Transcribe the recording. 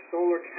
Solar